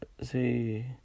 See